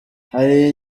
hari